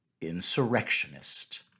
insurrectionist